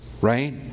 right